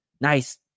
nice